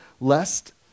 lest